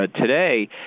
today